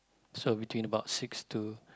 so between about six to